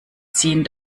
ziehen